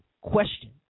question